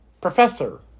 professor